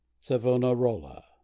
Savonarola